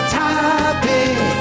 topic